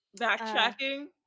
backtracking